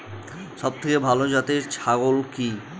সবথেকে ভালো জাতের ছাগল কি?